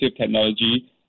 technology